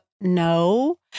no